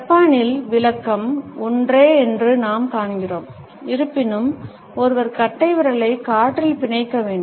ஜப்பானில் விளக்கம் ஒன்றே என்று நாம் காண்கிறோம் இருப்பினும் ஒருவர் கட்டைவிரலை காற்றில் பிணைக்க வேண்டும்